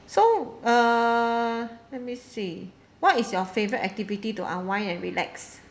so uh let me see what is your favourite activity to unwind and relax